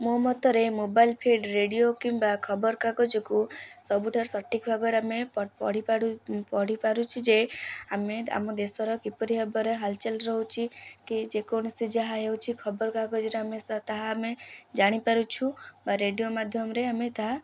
ମୋ ମତରେ mobile feed radio କିମ୍ବା ଖବରକାଗଜକୁ ସବୁଠାରୁ ସଠିକ୍ ଭାବରେ ଆମେ ପଢ଼ିପାରୁଛୁ ଯେ ଆମେ ଆମ ଦେଶର କିପରି ଭାବରେ ହାଲଚାଲ୍ ରହୁଛି କି ଯେକୌଣସି ଯାହା ହେଉଛି ଖବରକାଗଜରେ ଆମେ ତାହା ଆମେ ଜାଣିପାରୁଛୁ ବା ରେଡ଼ିଓ ମାଧ୍ୟମରେ ଆମେ ତାହା